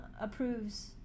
approves